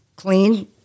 Clean